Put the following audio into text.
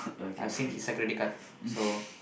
I've seen his security guard so